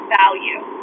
value